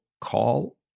call